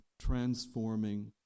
transforming